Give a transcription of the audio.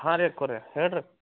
ಹಾಂ ರೀ ಅಕ್ಕಾವ್ರೇ ಹೇಳಿ ರೀ